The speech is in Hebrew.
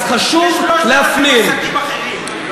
אז חשוב להפנים, עסקים אחרים.